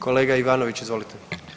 Kolega Ivanović, izvolite.